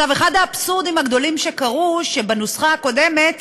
אחד האבסורדים הגדולים שקרו הוא שבנוסחה הקודמת